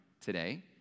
today